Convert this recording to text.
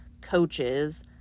coaches